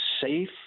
safe